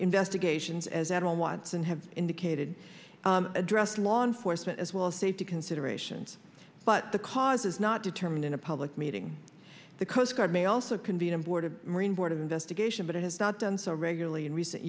investigations as at all wants and have indicated address law enforcement as well as safety considerations but the cause is not determined in a public meeting the coast guard may also convene a board of marine board of investigation but it has not done so regularly in recent